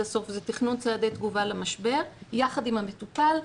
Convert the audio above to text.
הסוף זה תכנון צעדי תגובה למשבר יחד עם המטופל,